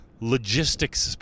logistics